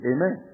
Amen